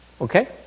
Okay